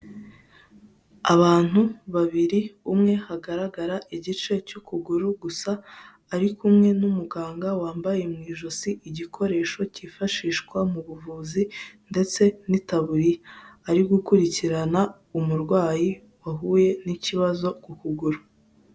Abantu babiri, umwe hagaragara igice cy'ukuguru gusa ari kumwe n'umuganga wambaye mu ijosi igikoresho cyifashishwa mu buvuzi ndetse n'itaburiya, ari gukurikirana umurwayi wahuye n'ikibazo ku kuguru.